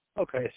Okay